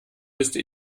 müsste